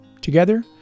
Together